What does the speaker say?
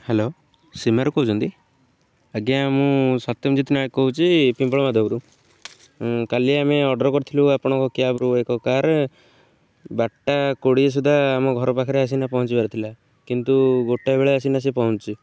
hello ସୀମାରୁ କହୁଛନ୍ତି ଆଜ୍ଞା ମୁଁ ସତ୍ୟମ୍ଜିତ ନାୟକ କହୁଛି ପିମ୍ପଳ ମାଧବରୁ କାଲି ଆମେ ଅର୍ଡ଼ର୍ କରିଥିଲୁ ଆପଣଙ୍କ କ୍ୟାବ୍ରୁ ଏକ କାର୍ ବାରଟା କୋଡ଼ିଏ ସୁଦ୍ଧା ଆମ ଘର ପାଖରେ ଆସିକିନା ପହଁଞ୍ଚିିବାର ଥିଲା କିନ୍ତୁ ଗୋଟା ବେଳେ ଆସିକିନା ସେ ପହଁଞ୍ଚିଛି